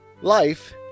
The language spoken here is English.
Life